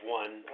one